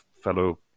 fellow